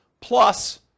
plus